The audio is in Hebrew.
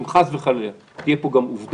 אם חס וחלילה תהיה פה גם עובדה,